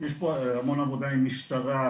יש פה המון עבודה עם משטרה,